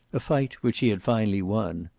a fight which he had finally won,